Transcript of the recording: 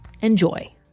Enjoy